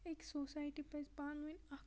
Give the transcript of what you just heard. أکِس سوسایٹی پَزِ پانہٕ ؤنۍ اَکھ